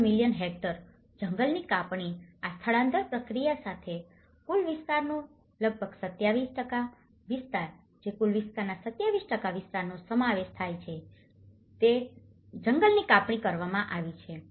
3 million hectare જંગલની કાપણી આ સ્થળાંતર પ્રક્રિયા સાથે અને કુલ વિસ્તારનો લગભગ 27 વિસ્તાર જે કુલ વિસ્તારના 27 વિસ્તારનો સમાવેશ થાય છે તે જંગલોની કાપણી કરવામાં આવી છે